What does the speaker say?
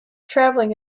traveling